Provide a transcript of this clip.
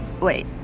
Wait